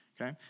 okay